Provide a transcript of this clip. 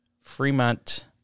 Fremont